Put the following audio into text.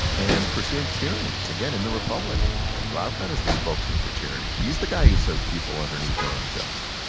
and pursuing tyranny. again, in the republic glaucon is the spokesman for tyranny he's the guy who says people underneath are unjust.